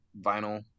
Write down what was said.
vinyl